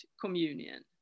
communion